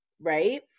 right